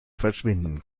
verschwinden